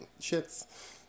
shits